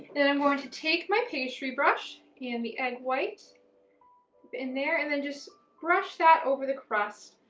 then i'm going to take my pastry brush and the egg white in there and then just brush that over the crust,